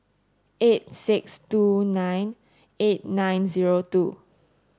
eight six two nine eight nine zero two